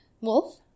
Wolf